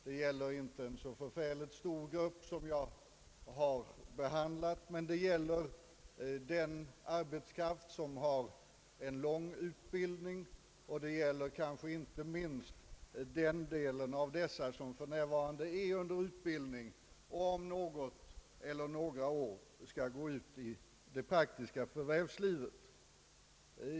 Den grupp det gäller är inte särdeles stor; det är fråga om arbetskraft med en lång utbildning, och det gäller kanske inte minst den del inom denna grupp som för närvarande är under utbildning och om något eller några år skall gå ut i det praktiska förvärvslivet.